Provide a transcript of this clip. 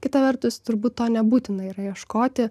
kita vertus turbūt to nebūtina yra ieškoti